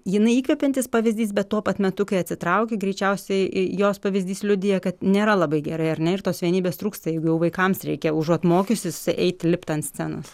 jinai įkvepiantis pavyzdys bet tuo pat metu kai atsitraukė greičiausiai jos pavyzdys liudija kad nėra labai gerai ar ne ir tos vienybės trūksta jeigu vaikams reikia užuot mokiusis eiti lipti ant scenos